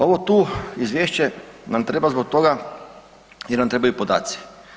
Ovo tu izvješće nam treba zbog toga jer nam trebaju podaci.